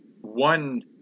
one